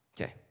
Okay